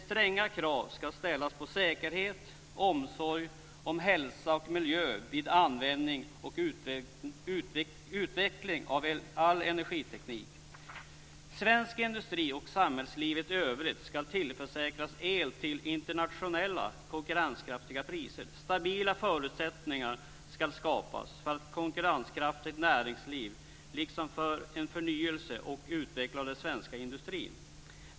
Stränga krav ska ställas på säkerhet, omsorg om hälsa och miljö vid användning och utveckling av all energiteknik. Svensk industri och samhällslivet i övrigt ska tillförsäkras el till internationella konkurrenskraftiga priser. Stabila förutsättningar ska skapas för ett konkurrenskraftigt näringsliv liksom för en förnyelse och utveckling av den svenska industrin.